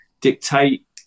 dictate